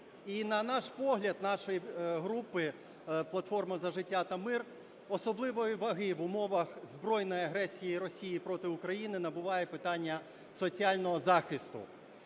І, на наш погляд, нашої групи "Платформа за життя та мир", особливої ваги в умовах збройної агресії Росії проти України набуває питання соціального захисту.